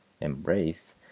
embrace